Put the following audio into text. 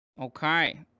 Okay